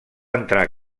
entrar